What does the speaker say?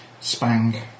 spang